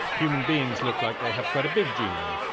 human beings look like they have quite a big genome,